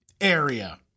area